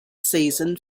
season